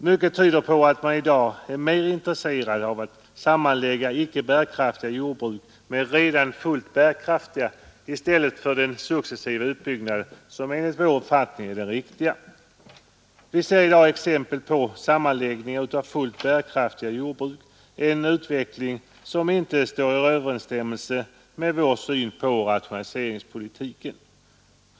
Mycket tyder på att man i dag är mer intresserad av att sammanlägga icke bärkraftiga jordbruk med redan fullt bärkraftiga än av den successiva uppbyggnad som enligt vår uppfattning är den riktiga. Vi ser också exempel på sammanläggningar av fullt bärkraftiga jordbruk, en utveckling som inte står i överensstämmelse med vår syn på rationaliseringspolitiken.